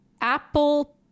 Apple